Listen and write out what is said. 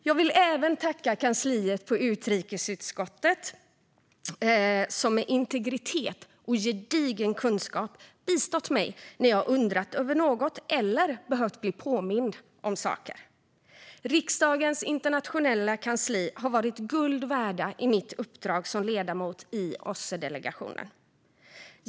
Jag vill även tacka utrikesutskottets kansli, som med integritet och gedigen kunskap bistått mig när jag undrat över något eller behövt bli påmind om saker. Riksdagens internationella kansli har varit guld värt i mitt uppdrag som ledamot i OSSE-delegationen.